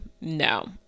No